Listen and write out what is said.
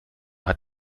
hat